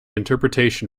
interpretation